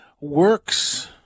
works